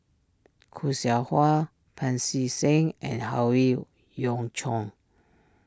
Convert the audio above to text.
Khoo Seow Hwa Pancy Seng and Howe Yoon Chong